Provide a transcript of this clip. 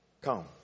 come